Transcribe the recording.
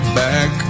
back